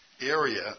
area